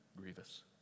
grievous